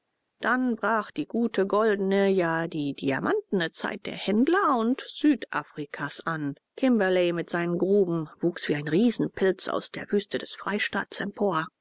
dann brach die gute goldene ja die diamantene zeit der händler und südafrikas an kimberley mit seinen gruben wuchs wie ein riesenpilz aus der wüste des freistaats empor